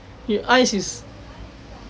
your eyes is